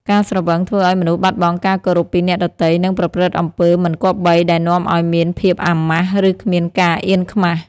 ការស្រវឹងធ្វើឱ្យមនុស្សបាត់បង់ការគោរពពីអ្នកដទៃ និងប្រព្រឹត្តអំពើមិនគប្បីដែលនាំឱ្យមានភាពអាម៉ាស់ ឬគ្មានការអៀនខ្មាស។